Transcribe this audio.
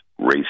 racist